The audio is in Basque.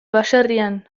baserrian